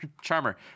Charmer